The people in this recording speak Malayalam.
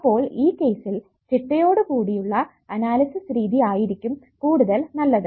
അപ്പോൾ ഈ കേസ്സിൽ ചിട്ടയോടുകൂടിയുള്ള അനാലിസിസ് രീതി ആയിരിക്കും കൂടുതൽ നല്ലതു